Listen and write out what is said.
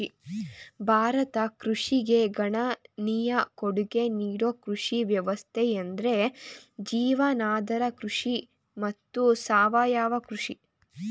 ಭಾರತ ಕೃಷಿಗೆ ಗಣನೀಯ ಕೊಡ್ಗೆ ನೀಡೋ ಕೃಷಿ ವ್ಯವಸ್ಥೆಯೆಂದ್ರೆ ಜೀವನಾಧಾರ ಕೃಷಿ ಮತ್ತು ಸಾವಯವ ಕೃಷಿ